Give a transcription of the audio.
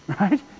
right